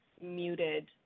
muted